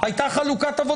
הוא לא החלש פה עכשיו?